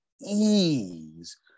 ease